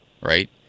Right